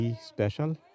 special